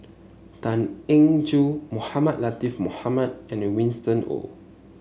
Tan Eng Joo Mohamed Latiff Mohamed and Winston Oh